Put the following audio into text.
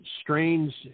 strains